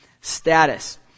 status